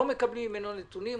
זה לא בא בחשבון.